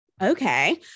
okay